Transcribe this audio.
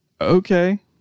okay